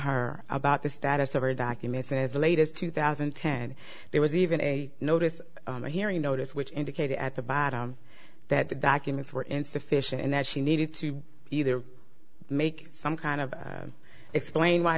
her about the status of her document says the latest two thousand and ten there was even a notice or hearing notice which indicated at the bottom that the documents were insufficient and that she needed to either make some kind of explain why